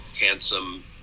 handsome